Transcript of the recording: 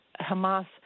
Hamas